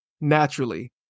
naturally